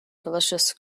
delicious